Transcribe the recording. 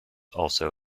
also